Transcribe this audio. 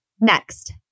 Next